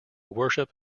worship